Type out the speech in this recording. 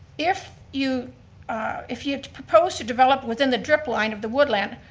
if you ah if you had proposed to develop within the dripline of the woodland,